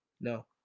No